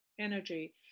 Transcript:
energy